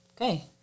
Okay